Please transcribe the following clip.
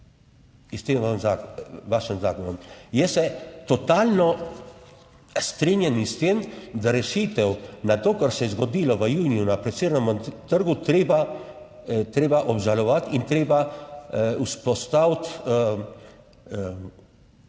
s tem vašim zakonom. Jaz se totalno strinjam s tem, da rešitev na to, kar se je zgodilo v juniju na Prešernovem trgu, treba obžalovati in je treba vzpostaviti načine,